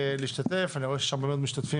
אני מקריא מעמ' 7 - סימן ב':